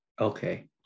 Okay